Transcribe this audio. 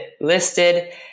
listed